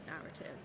narrative